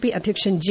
P അധ്യക്ഷൻ J